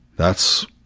that's,